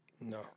No